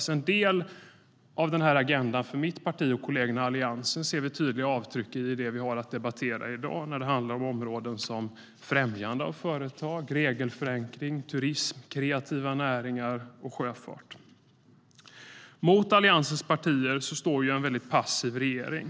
En del av den här agendan för mitt parti och kollegerna i Alliansen ser vi tydliga avtryck i i det vi har att debattera i dag när det handlar om områden som främjande av företag, regelförenkling, turism, kreativa näringar och sjöfart. Mot Alliansens partier står en väldigt passiv regering.